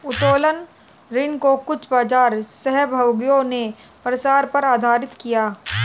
उत्तोलन ऋण को कुछ बाजार सहभागियों ने प्रसार पर आधारित किया